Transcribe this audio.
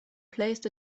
placed